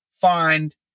find